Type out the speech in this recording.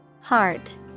Heart